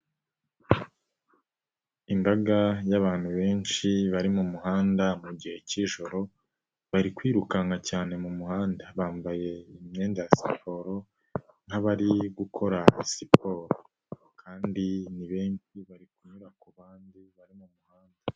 Imbaga y'abantu benshi bari mu muhanda mu gihe cyijoro bari kwirukanka cyane mu muhanda, bambaye imyenda ya siporo nk'abari gukora siporo kandi ni benshi bari kunyura ku bandi bari mu muhanda.